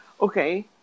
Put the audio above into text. okay